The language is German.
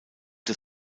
des